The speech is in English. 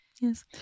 yes